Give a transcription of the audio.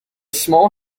small